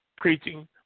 preaching